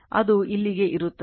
ಅದು ಇಲ್ಲಿಗೆ ಇರುತ್ತದೆ